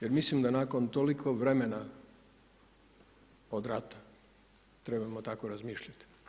Jer mislim da nakon toliko vremena od rata trebamo tako razmišljati.